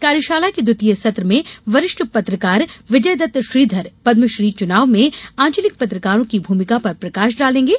कार्यशाला के द्वितीय सत्र में वरिष्ठ पत्रकार विजयदत्त श्रीधर पद्मश्री चुनाव में आंचलिक पत्रकारों की भूमिका पर प्रकाश डालेंगे